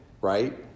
right